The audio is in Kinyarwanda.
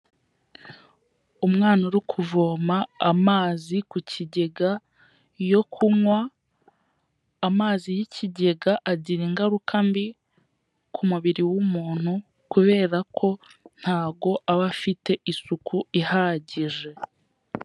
Umwana uri kuvoma amazi ku kigega yo kunywa, amazi y'ikigega agira ingaruka mbi ku mubiri w'umuntu, kubera ko ntago aba afite isuku ihagije.